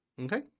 Okay